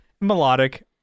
melodic